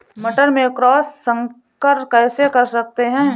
मटर में क्रॉस संकर कैसे कर सकते हैं?